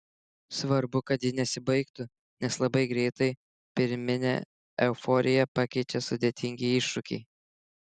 svarbu kad ji nesibaigtų nes labai greitai pirminę euforiją pakeičia sudėtingi iššūkiai